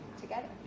together